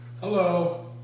hello